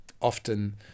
often